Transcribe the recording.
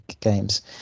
games